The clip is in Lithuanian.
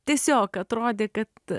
tiesiog atrodė kad